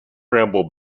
bramble